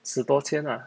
十多千 ah